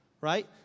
Right